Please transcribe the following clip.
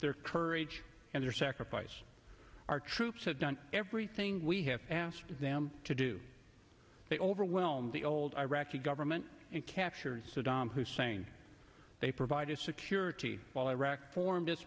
their courage and their sacrifice our troops have done everything we have asked them to do they overwhelm the old iraqi government and captured saddam hussein they provided security while iraq formed i